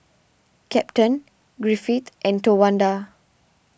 Captain Griffith and Towanda